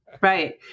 Right